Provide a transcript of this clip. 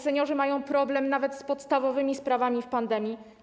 Seniorzy mają problem nawet z podstawowymi sprawami w pandemii.